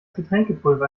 getränkepulver